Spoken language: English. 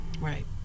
right